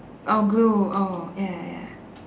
oh glue oh ya ya ya